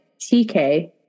TK